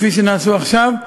כפי שנעשו עכשיו.